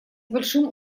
большим